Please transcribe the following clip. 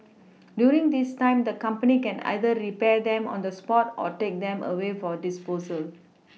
during this time the company can either repair them on the spot or take them away for disposal